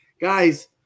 guys